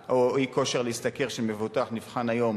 אי-כושר של מבוטח להשתכר נבחן היום